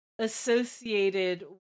associated